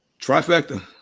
Trifecta